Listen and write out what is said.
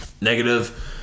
negative